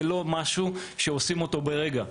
זה לא משהו שעושים ברגע,